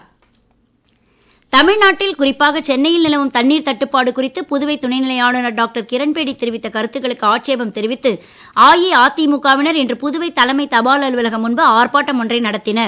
அன்பழகன் தமிழ்நாட்டில் குறிப்பாக சென்னையில் நிலவும் தண்ணீர் தட்டுப்பாடு குறித்து புதுவை துணைநிலை ஆளுநர் டாக்டர் கிரண்பேடி தெரிவித்த கருத்துக்களுக்கு ஆட்சேபம் தெரிவித்து அஇஅதிக வினர் இன்று புதுவை தலைமை தபால் அலுவலகம் முன்பு ஆர்ப்பாட்டம் ஒன்றை நடத்தினர்